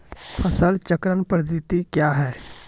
फसल चक्रण पद्धति क्या हैं?